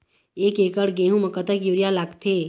एक एकड़ गेहूं म कतक यूरिया लागथे?